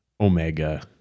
Omega